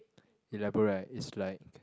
elaborate it's like